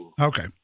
Okay